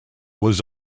was